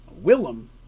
Willem